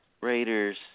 Raiders